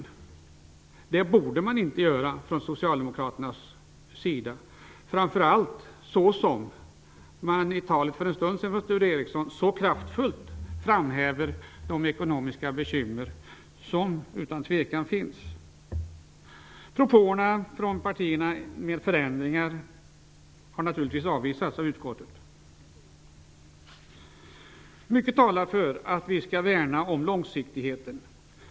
Socialdemokraterna borde inte vara av den uppfattningen, framför allt med tanke på att Sture Ericson i sitt anförande för en stund sedan så kraftfullt framhävde de ekonomiska bekymmer som utan tvivel finns. Dessa propåer om förändingar har naturligtvis avvisats av utskottet. Mycket talar för att vi skall värna om långsiktigheten.